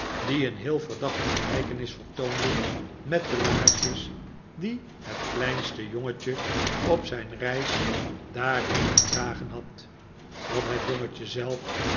die een heel verdachte gelijkenis vertoonden met de laarsjes die het kleinste jongetje op zijn reis daarheen gedragen had wat het jongetje zelf